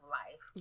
life